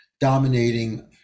dominating